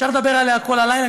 אפשר לדבר עליה כל הלילה.